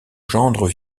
gendre